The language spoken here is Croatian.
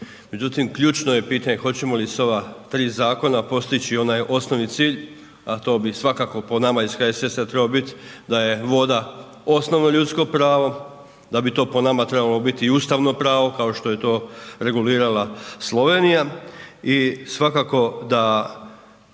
Međutim ključno je pitanje hoćemo li s ova tri zakona postići onaj osnovni cilj a to bi svakako po nama iz HSS-a trebalo bit da je voda osnovno ljudsko pravo, da bi to po nama trebalo biti i ustavno pravo kao što je to regulirala Slovenija i svakako da